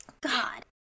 God